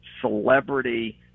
celebrity